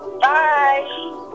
Bye